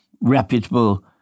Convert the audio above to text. reputable